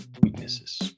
weaknesses